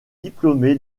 diplômé